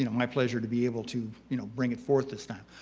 you know my pleasure to be able to, you know, bring it forth this time.